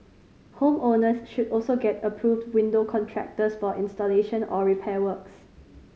home owners should also get approved window contractors for installation or repair works